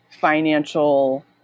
financial